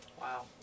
Wow